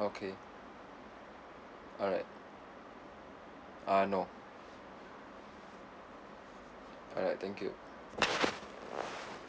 okay alright ah no alright thank you